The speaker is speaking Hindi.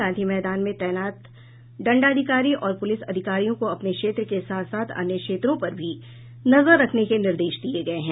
गांधी मैदान में तैनात दंडाधिकारी और पुलिस अधिकारियों को अपने क्षेत्र के साथ साथ अन्य क्षेत्रों पर भी नजर रखने के निर्देश दिये गये हैं